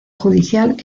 judicial